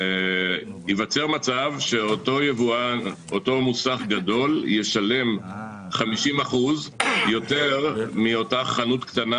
ייווצר מצב שאותו מוסך גדול ישלם 50% יותר מאותה חנות קטנה